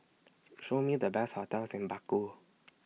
Show Me The Best hotels in Baku